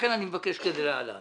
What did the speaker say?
לכן אני מבקש כדלהלן,